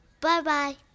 Bye-bye